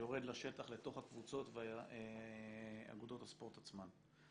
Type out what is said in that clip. שיורד לשטח לתוך הקבוצות ואגודות הספורט עצמן.